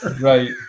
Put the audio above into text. Right